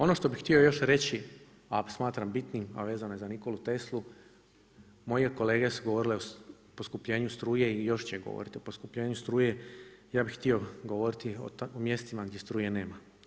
Ono što bi htio još reći, a smatram bitnim, a vezano je za Nikolu Teslu, moje kolege su govorile o poskupljenju struje, i još će govoriti o poskupljenju struje, ja bih htio govoriti o mjestima gdje struje nema.